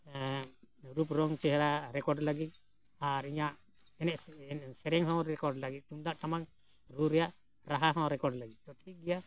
ᱨᱩᱯ ᱨᱚᱝ ᱪᱮᱦᱨᱟ ᱨᱮᱠᱚᱨᱰ ᱞᱟᱹᱜᱤᱫ ᱟᱨ ᱤᱧᱟᱹᱜ ᱮᱱᱮᱡ ᱥᱮᱨᱮᱧ ᱦᱚᱸ ᱨᱮᱠᱚᱨᱰ ᱞᱟᱹᱜᱤᱫ ᱛᱩᱢᱫᱟᱜ ᱴᱟᱢᱟᱠ ᱨᱩ ᱨᱮᱭᱟᱜ ᱨᱟᱦᱟ ᱦᱚᱸ ᱨᱮᱠᱚᱨᱰ ᱞᱟᱹᱜᱤᱫ ᱛᱚ ᱴᱷᱤᱠ ᱜᱮᱭᱟ